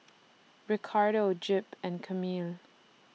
Ricardo Jep and Camille